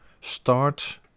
Start